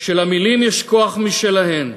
שלמילים יש כוח משלהן.